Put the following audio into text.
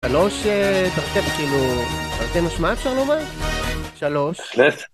3, תרתי כאילו, תרתי משמע אפשר לאמר? 3. בהחלט.